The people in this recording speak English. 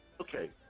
okay